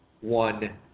one